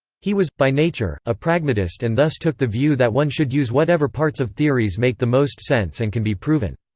he was, by nature, a pragmatist and thus took the view that one should use whatever parts of theories make the most sense and can be proven.